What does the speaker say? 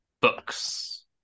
Books